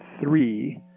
three